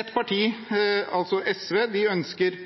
Ett parti, SV, ønsker å utvide personkretsen enda mer enn det regjeringen legger opp til. De ønsker